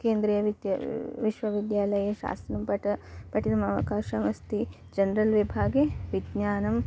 केन्द्रीयविद्या विश्वविद्यालये शास्त्रं पठ पठितुमवकाशः अस्ति जन्रल् विभागे विज्ञानं